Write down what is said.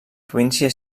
província